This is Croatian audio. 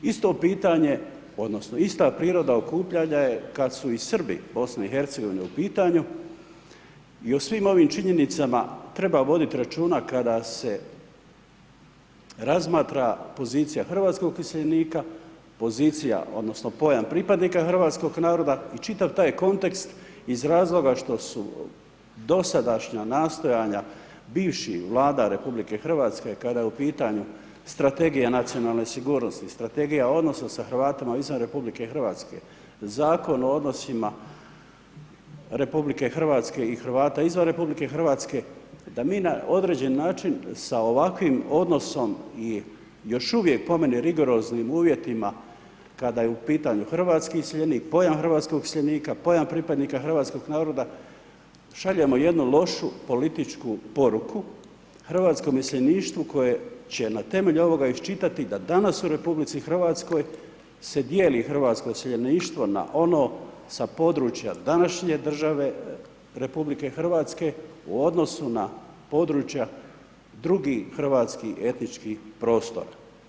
Isto pitanje odnosno, ista priroda okupljanja je kada su i Srbi BIH u pitanju i o svim ovim činjenicama treba voditi računa, kada se razmatrat pozicija hrvatskog iseljenika, pozicija, odnosno, pojam pripadnika hrvatskog naroda i čitav taj kontekst iz razloga što su dosadašnja nastojanja bivših vlada RH, kada je u pitanju strategija nacionalne sigurnosti, strategija odnosa s Hrvatima izvan RH, zakon o odnosima RH i Hrvata izvan RH, da mi na određeni način, sa ovakvim odnosom i još uvijek, po meni, rigoroznim uvjetima, kada je u pitanju hrvatski iseljenik, pojam hrvatskog iseljenika, pojam pripadnika hrvatskog naroda, šaljemo jednu lošu političku poruku hrvatskom iseljeništvu, koje će na temelju ovoga iščitati, da danas u RH, se dijeli hrvatsko iseljeništvo na ono sa područja današnje države RH u odnosu na područja drugih hrvatskih etičkih prostora.